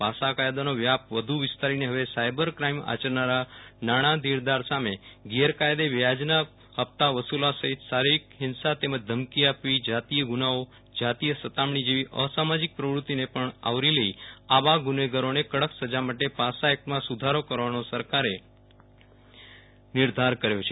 પાસા કાયદાનો વ્યાપ વધુ વિસ્તારીને હવે સાયબર ક્રાઈમ આચરનારા નાણા ધીરદાર સામે ગેરકાયદે વ્યાજના હપ્તા વસુલવા સહિત શારીરિક હિંસા તેમજ ધમકી આપવી જાતીય ગુનાઓ જાતીય સતામણી જેવી અસામાજીક પ્રવૃતિને પણ આવરી લઈ આવા ગુનેગારોને કડક સજા માટે પાસા એકટમાં સુધારો કરવાનો સરકારે નિર્ધાર કર્યો છે